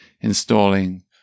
installing